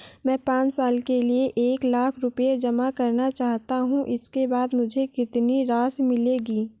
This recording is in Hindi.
मैं पाँच साल के लिए एक लाख रूपए जमा करना चाहता हूँ इसके बाद मुझे कितनी राशि मिलेगी?